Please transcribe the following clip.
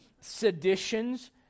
seditions